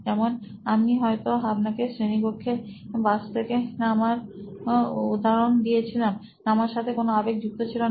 যেমন আমি হয়তো আপনাকে শ্রেণীকক্ষে বাস থেকে নামার উদাহরণ দিয়ে ছিলাম নামার সাথে কোনো আবেগ যুক্ত ছিলনা